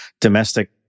domestic